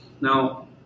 Now